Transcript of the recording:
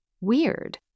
Weird